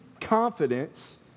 confidence